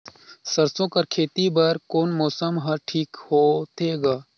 सरसो कर खेती बर कोन मौसम हर ठीक होथे ग?